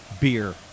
beer